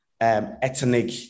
ethnic